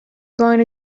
going